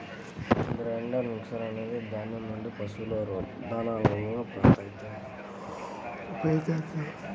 grinder mixer అనేది ధాన్యం నుండి పశువుల దాణాను ప్రాసెస్ చేయడానికి ఉపయోగించే యంత్రం